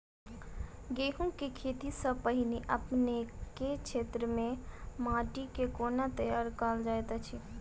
गेंहूँ केँ खेती सँ पहिने अपनेक केँ क्षेत्र मे माटि केँ कोना तैयार काल जाइत अछि?